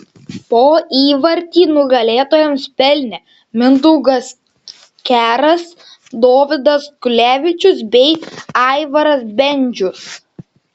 po įvartį nugalėtojams pelnė mindaugas keras dovydas kulevičius bei aivaras bendžius